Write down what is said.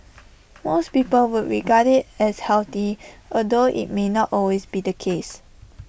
most people would regard IT as healthy although IT may not always be the case